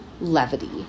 levity